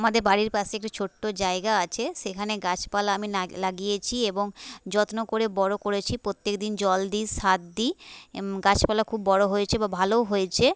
আমাদের বাড়ির পাশে একটি ছোট্ট জায়গা আছে সেখানে গাছপালা আমি নাগ লাগিয়েছি এবং যত্ন করে বড়ো করেছি প্রত্যেকদিন জল দিই সার দিই গাছপালা খুব বড়ো হয়েছে বা ভালোও হয়েছে